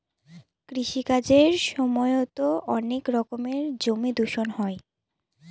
কৃষি কাজের সময়তো অনেক রকমের জমি দূষণ হয়